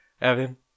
Evan